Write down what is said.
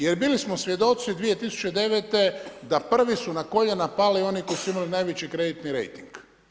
Jer bili smo svjedoci 2009. da prvi su na koljena pali oni koji su imali najveći kreditni rejting.